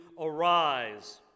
arise